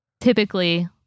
typically